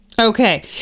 okay